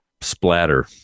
splatter